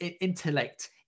intellect